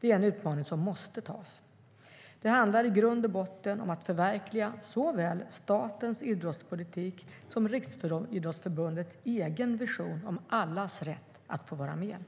Det är en utmaning som måste tas. Det handlar i grund och botten om att förverkliga såväl statens idrottspolitik som Riksidrottsförbundets egen vision om allas rätt att få vara med.